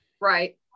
right